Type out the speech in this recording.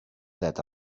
that